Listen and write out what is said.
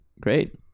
Great